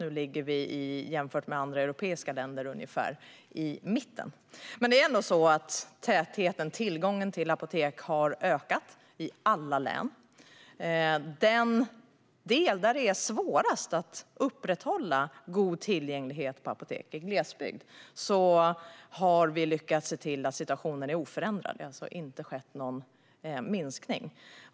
Nu ligger Sverige jämfört med andra europeiska länder ungefär i mitten. Tillgången till apotek har ändå ökat i alla län. Den del där det är svårast att upprätthålla god tillgänglighet på apotek är glesbygd, men vi har lyckats se till att situationen är oförändrad. Det har alltså inte skett någon minskning.